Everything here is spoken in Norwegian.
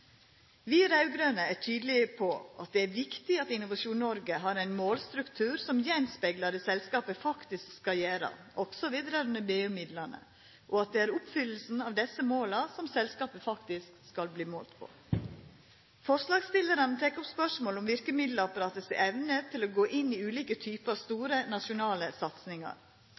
Vi raud-grøne er tydelege på at det er viktig at Innovasjon Norge har ein målstruktur som speglar det selskapet faktisk skal gjera, òg når det gjeld BU-midlane, og at det er oppfyllinga av desse måla som selskapet faktisk skal verte målt på. Forslagsstillarane tek opp spørsmålet om verkemiddelapparatet si evne til å gå inn i ulike typar store, nasjonale satsingar.